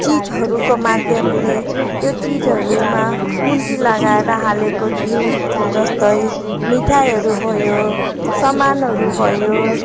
चिजहरूको माध्यमले त्यो चिजहरूमा पुँजी लगाएर हालेको छु जस्तै मिठाईहरू भयो सामानहरू भयो